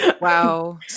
Wow